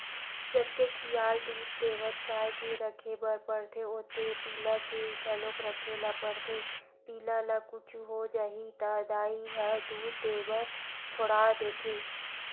जतके खियाल दूद देवत गाय के राखे बर परथे ओतके पिला के घलोक राखे ल परथे पिला ल कुछु हो जाही त दाई ह दूद देबर छोड़ा देथे